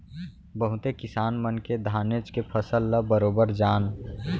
बहुते किसान मन के धानेच के फसल ल बरोबर जान